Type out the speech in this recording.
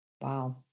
Wow